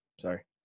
sorry